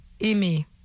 aimer